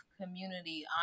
community